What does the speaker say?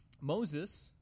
Moses